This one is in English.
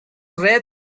wreath